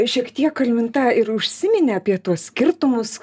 šiek tiek alminta ir užsiminė apie tuos skirtumus